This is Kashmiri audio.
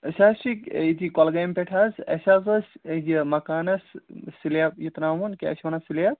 اَسہِ حظ چھِ ییٚتی کۄلگامہِ پٮ۪ٹھ حظ اَسہِ حظ ٲسۍ یہِ مکانَس سِلیب یہِ ترٛاوُن کیٛاہ چھِ وَنان سِلیب